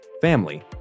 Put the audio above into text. family